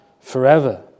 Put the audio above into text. forever